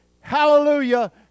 hallelujah